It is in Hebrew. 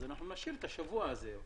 אז אנחנו נשאיר את השבוע הזה,